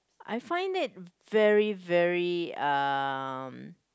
I find it very very uh